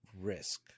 risk